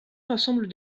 rassemble